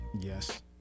Yes